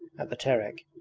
at the terek,